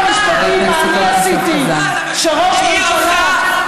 החובות שלך, חבר הכנסת אורן אסף חזן.